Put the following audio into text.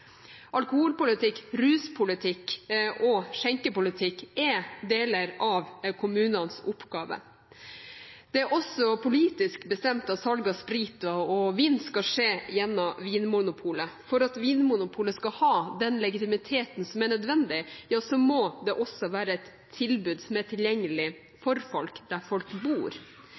Alkoholpolitikk, ruspolitikk og skjenkepolitikk er deler av kommunenes oppgaver. Det er også politisk bestemt at salg av sprit og vin skal skje gjennom Vinmonopolet. For at Vinmonopolet skal ha den legitimiteten som er nødvendig, må det også være et tilbud som er tilgjengelig